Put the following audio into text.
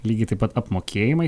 lygiai taip pat apmokėjimai